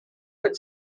would